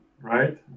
right